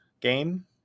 game